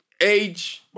age